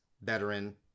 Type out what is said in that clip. veteran